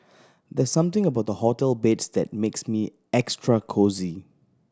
there's something about hotel beds that makes me extra cosy